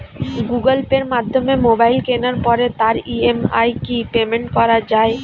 Google পের মাধ্যমে mobile কেনার পরে তার ই.এম.আই কি পেমেন্ট করা যায়?